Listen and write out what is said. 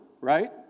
right